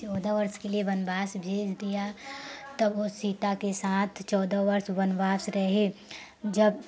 चौदह वर्ष के लिए वनवास भेज दिया तब वह सीता के साथ चौदह वर्ष वनवास रहें जब